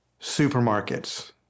supermarkets